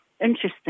Interesting